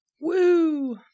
Woo